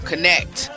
connect